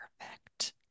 perfect